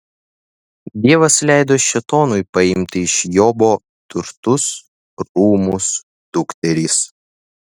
dievas leido šėtonui paimti iš jobo turtus rūmus dukteris